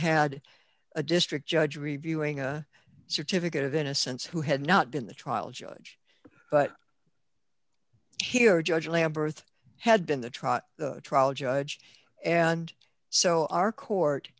had a district judge reviewing a certificate of innocence who had not been the trial judge but here judge lamberth had been the trot trial judge and so our court